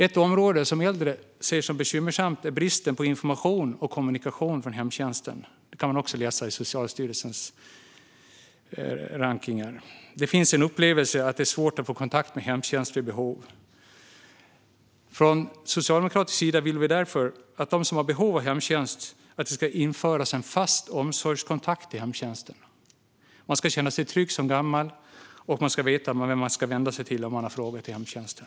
Ett område som äldre ser som bekymmersamt är bristen på information och kommunikation från hemtjänsten. Detta kan man läsa om i Socialstyrelsens rankningar. Det finns en upplevelse av att det är svårt att vid behov få kontakt med hemtjänsten. Vi i Socialdemokraterna vill därför att en fast omsorgskontakt inom hemtjänsten ska införas för dem som har behov av hemtjänst. Man ska som gammal känna sig trygg, och man ska veta vart man ska vända sig om man har frågor till hemtjänsten.